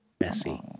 Messy